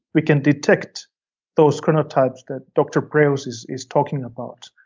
we can detect those chronotypes that dr. breus is is talking about.